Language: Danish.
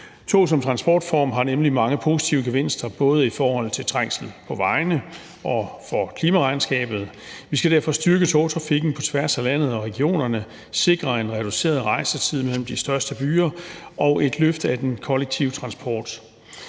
Tog som transportform har nemlig mange positive gevinster, både i forhold til trængsel på vejene og i forhold til klimaregnskabet. Vi skal derfor styrke togtrafikken på tværs af landet og regionerne, sikre en reduceret rejsetid mellem de største byer og et løft af den kollektive transport,